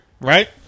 right